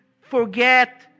forget